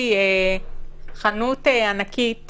אם לחנות ענקית